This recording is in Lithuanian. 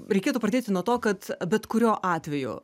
reikėtų pradėti nuo to kad bet kuriuo atveju